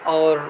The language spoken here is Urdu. اور